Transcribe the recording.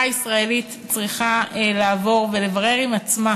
הישראלית צריכה לעבור ולברר עם עצמה,